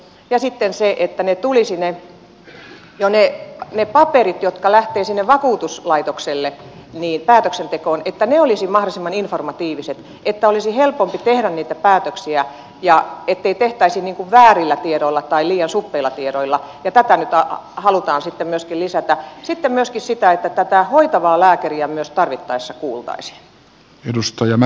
ja sitten on tärkeää se että ne paperit jotka lähtevät sinne vakuutuslaitokselle päätöksentekoon olisivat mahdollisimman informatiiviset niin että olisi helpompi tehdä niitä päätöksiä eikä niitä tehtäisi väärillä tai liian suppeilla tiedoilla ja tätä nyt halutaan sitten myöskin lisätä samoin kuin myöskin sitä että hoitavaa lääkäriä myös tarvittaessa kuultaisiin